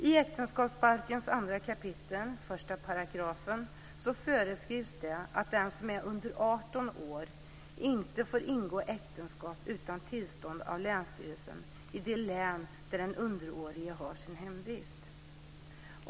I äktenskapsbalkens 2 kap. 1 § föreskrivs att den som är under 18 år inte får ingå äktenskap utan tillstånd av länsstyrelsen i det län där den underårige har sin hemvist.